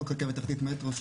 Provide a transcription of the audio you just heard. חוק רכבת תחתית מטרו,